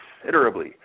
considerably